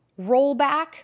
rollback